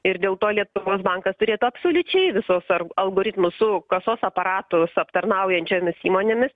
ir dėl to lietuvos bankas turėtų absoliučiai visos ar algoritmus su kasos aparatų aptarnaujančiomis įmonėmis